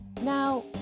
Now